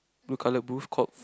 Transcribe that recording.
blue color booth called